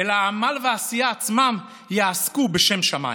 אלא העמל והעשייה עצמם יעסקו בשם שמיים,